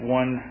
one